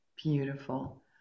beautiful